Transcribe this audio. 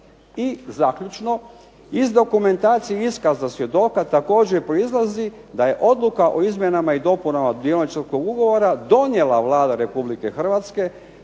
I zaključno: " Iz dokumentacije i iskaza svjedoka također proizlazi da je odluka o izmjenama i dopunama dioničarskog ugovora donijela Vlada Republike Hrvatske